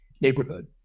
neighborhood